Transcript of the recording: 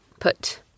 Put